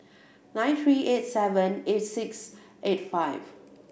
nine three eight seven eight six eight five